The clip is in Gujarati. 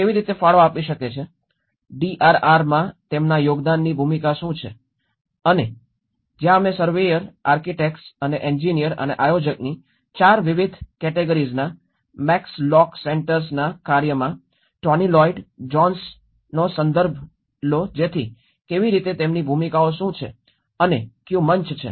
તેઓએ કેવી રીતે ફાળો આપવો છે ડીઆરઆર માં તેમના યોગદાનની ભૂમિકા શું છે અને તે છે જ્યાં અમે સર્વેયર આર્કિટેક્ટ્સ અને એન્જિનિયર અને આયોજકની 4 વિવિધ કેટેગરીઝના મેક્સ લોક સેન્ટર્સના કાર્યમાં ટોની લોઇડ જોન્સનો સંદર્ભ લો જેથી કેવી રીતે તેમની ભૂમિકાઓ શું છે અને કયુ મંચ છે